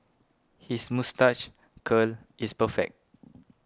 his moustache curl is perfect